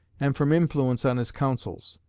and from influence on his counsels.